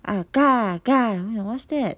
ah gah gah 我跟他讲 what's that